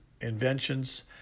inventions